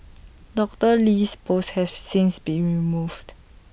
Doctor Lee's post has since been removed